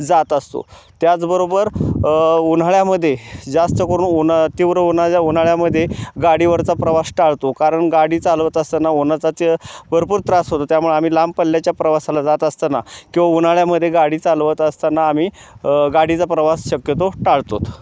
जात असतो त्याचबरोबर उन्हाळ्यामध्ये जास्त करून उन्हाळा तीव्र उन्हाच्या उन्हाळ्यामध्ये गाडीवरचा प्रवास टाळतो कारण गाडी चालवत असताना उन्हाचा तर भरपूर त्रास होतो त्यामुळे आम्ही लांब पल्ल्याच्या प्रवासाला जात असताना किंवा उन्हाळ्यामध्ये गाडी चालवत असताना आम्ही गाडीचा प्रवास शक्यतो टाळतो